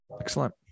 Excellent